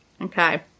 Okay